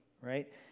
right